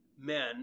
men